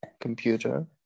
computer